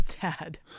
dad